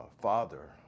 father